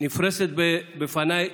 נפרש בפניי